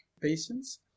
patients